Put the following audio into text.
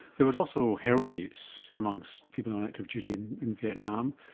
there was also heroin use amongst people on active duty in in vietnam,